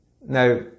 Now